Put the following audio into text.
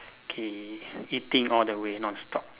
okay eating all the way non-stop